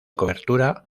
cobertura